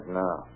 now